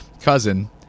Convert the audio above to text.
cousin